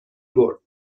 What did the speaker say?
برد